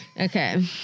Okay